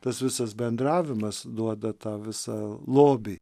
tas visas bendravimas duoda tą visą lobį